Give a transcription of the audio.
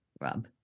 Rob